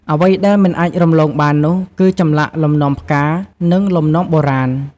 អ្វីដែលមិនអាចរំលងបាននោះ គឺចម្លាក់លំនាំផ្កា និងលំនាំបុរាណ។